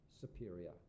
superior